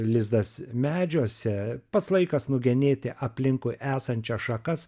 lizdas medžiuose pats laikas nugenėti aplinkui esančias šakas